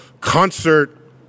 concert